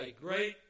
great